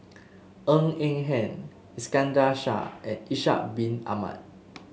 Ng Eng Hen Iskandar Shah and Ishak Bin Ahmad